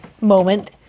moment